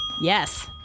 Yes